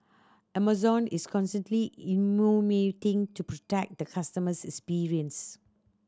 Amazon is constantly innovating to protect the customers experience